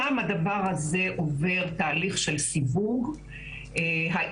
שם הדבר הזה עובר תהליך של סיווג - האם